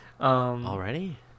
Already